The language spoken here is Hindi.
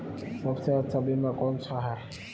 सबसे अच्छा बीमा कौनसा है?